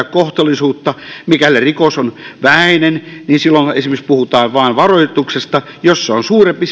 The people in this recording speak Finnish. kohtuullisuutta mikäli rikos on vähäinen silloinhan esimerkiksi puhutaan vain varoituksesta jos se on suurempi